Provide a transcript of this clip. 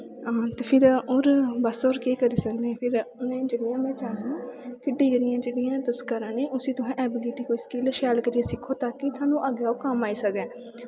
हां ते फिर होर बस होर केह् करी सकने उ'नेंगी फिर डिग्रियां जेह्ड़ियां तुस करा ने उसी तुसें ऐबिलिटी कोई स्किल शैल करियै सिक्खो ताकि थोआनू अग्गें ओह् कम्म आई सकन